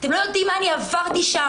אתם לא יודעים מה אני עברתי שם.